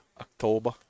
October